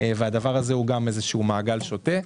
והדבר הזה הוא איזה שהוא מעגל שוטה.